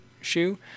shoe